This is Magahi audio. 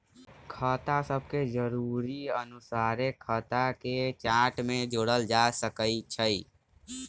खता सभके जरुरी अनुसारे खता के चार्ट में जोड़ल जा सकइ छै